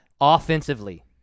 offensively